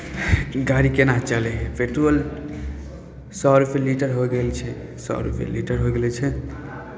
गाड़ी केना चलै हइ पेट्रोल सए रुपैए लीटर हो गेल छै सए रुपैए लीटर होइ गेलै छै